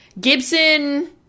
Gibson